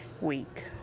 week